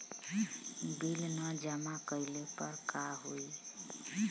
Bill न जमा कइले पर का होई?